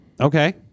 Okay